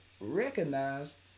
recognize